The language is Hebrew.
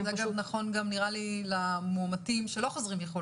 זה נראה לי נכון גם למאומתים שלא חוזרים מחו"ל.